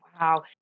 Wow